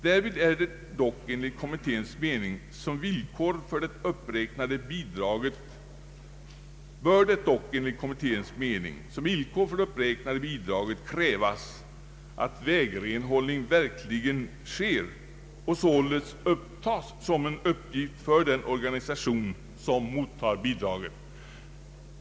Därvid bör det dock enligt kommitténs mening som villkor för det uppräknade bidraget krävas att vägrenhållning verkligen sker och således uppfattas som en uppgift för den organisation som mottar bidraget.